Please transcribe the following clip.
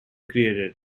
created